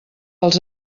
els